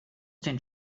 den